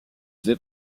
fait